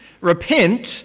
Repent